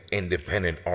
independent